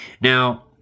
Now